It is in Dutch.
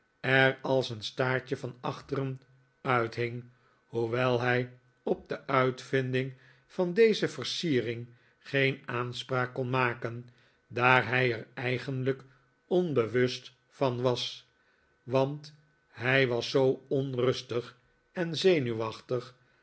er als een staartje van achteren uithing hoewel hij op de uitvinding van deze versiering geen aanspraak kon maken daar hij er eigenlijk onbewust van was want hij was zoo onrustig en zenuwachtig